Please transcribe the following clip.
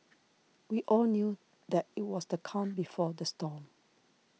we all knew that it was the calm before the storm